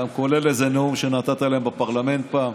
כולל איזה נאום שנתת להם בפרלמנט פעם,